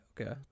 okay